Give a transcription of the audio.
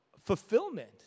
fulfillment